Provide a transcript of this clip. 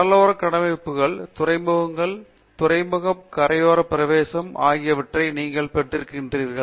கடலோர கட்டமைப்புகள் துறைமுகங்கள் துறைமுகம் கரையோரப் பிரவேசம் ஆகியவற்றை நீங்கள் பெற்றிருக்கின்றீர்கள்